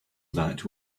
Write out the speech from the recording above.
that